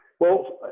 well,